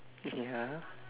ya